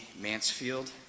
Mansfield